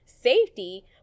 safety